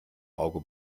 auge